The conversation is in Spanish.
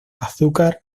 azúcar